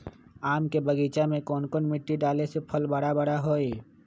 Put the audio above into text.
आम के बगीचा में कौन मिट्टी डाले से फल बारा बारा होई?